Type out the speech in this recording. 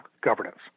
governance